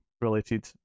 related